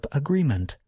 agreement